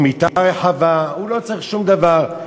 לא מיטה רחבה, הוא לא צריך שום דבר,